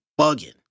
bugging